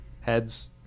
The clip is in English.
heads